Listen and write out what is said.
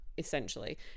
Essentially